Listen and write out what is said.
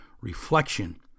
reflection